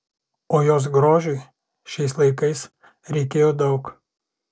o jos grožiui šiais laikais reikėjo daug